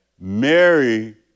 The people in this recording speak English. Mary